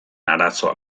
arazoa